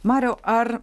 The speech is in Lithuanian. mariau ar